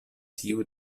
tiu